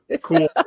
Cool